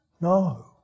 No